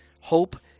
hope